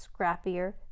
scrappier